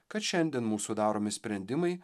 kad šiandien mūsų daromi sprendimai